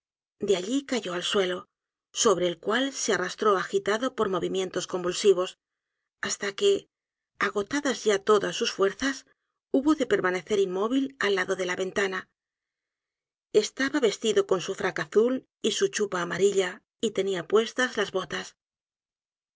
de alli cayó al suelo sobre el cual se arrastró agitado por movimientos convulsivos hasta que agotadas ya todas sus fuerzas hubo de permanecer inmóvil a lado de la ventana estaba vestido con su frac azul y su chupa amarilla y tenia puestas las botas